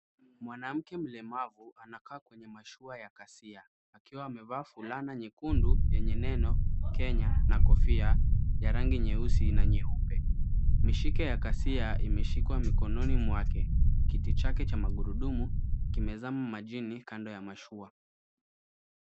Mwanamke mlemavu anakaa kwenye mashua ya kasia akiwa amevaa fulana nyekundu yenye neno Kenya na kofia ya rangi nyeusi na nyeupe. Mishike ya kasia imeshikwa mikononi mwake. Kiti chake cha magururdumu kimezama majini, kando ya mashua.